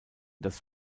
das